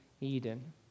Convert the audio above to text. Eden